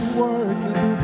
working